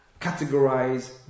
categorize